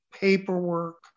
paperwork